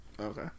okay